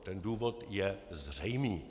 Ten důvod je zřejmý.